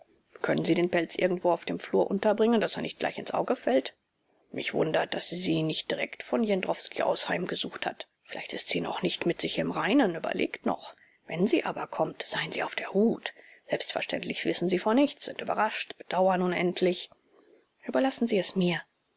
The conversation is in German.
können sie den pelz irgendwo auf dem flur unterbringen daß er nicht gleich ins auge fällt mich wundert daß sie sie nicht direkt von jendrowski aus heimgesucht hat vielleicht ist sie noch nicht mit sich im reinen überlegt noch wenn sie aber kommt seien sie auf der hut selbstverständlich wissen sie von nichts sind überrascht bedauern unendlich überlassen sie es mir